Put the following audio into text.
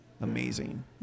amazing